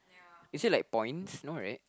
is there like points no right